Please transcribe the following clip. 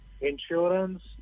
insurance